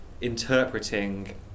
interpreting